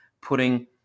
putting